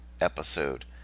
episode